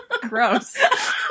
Gross